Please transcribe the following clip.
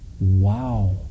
Wow